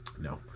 no